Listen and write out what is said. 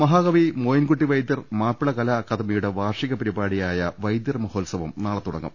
മഹാകവി മോയിൻകുട്ടിവൈദ്യർ മാപ്പിളകലാ അക്കാദമിയുടെ വാർഷിക പരിപാടിയായ വൈദ്യർ മഹോത്സവം നാളെ തുടങ്ങും